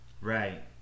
Right